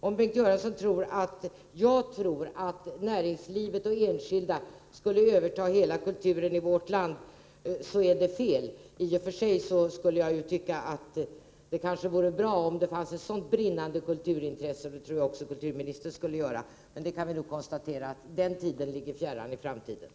Om Bengt Göransson tror att jag vill att näringslivet och enskilda skall överta hela kulturen i vårt land, tror han fel. I och för sig skulle jag tycka att det vore bra om det funnes ett så brinnande kulturintresse. Det skulle nog också Bengt Göransson göra. Men den tiden torde ligga långt framför oss.